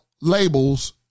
labels